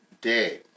day